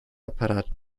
apparat